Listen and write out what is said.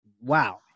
wow